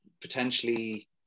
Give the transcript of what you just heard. potentially